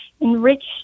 enriched